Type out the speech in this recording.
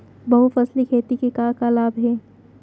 बहुफसली खेती के का का लाभ हे?